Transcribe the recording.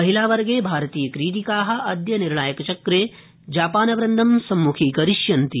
महिलावर्गे भारतीयक्रीडिका अद्य निर्णायकचक्रे जापानवृन्दं सम्म्खीकरिष्यन्ति